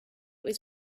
was